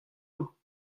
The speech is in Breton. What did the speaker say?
mañ